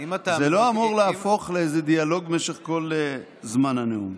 זה לא אמור להפוך לדיאלוג במשך כל זמן הנאום.